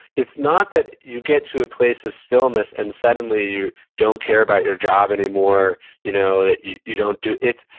it's not that you get to a place of stillness and suddenly you don't care about your job anymore, you know that you you don't do it.